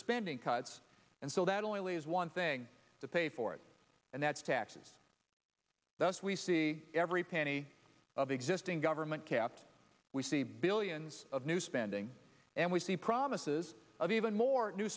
spending cuts and so that only leaves one thing to pay for it and that's taxes that's we see every penny of existing government kept we see billions of new spending and we see promises of even more new